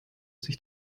sich